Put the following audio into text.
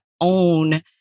own